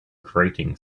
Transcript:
grating